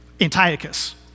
Antiochus